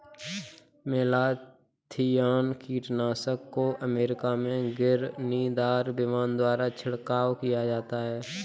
malathion कीटनाशक को America में घिरनीदार विमान द्वारा छिड़काव किया जाता है